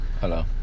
Hello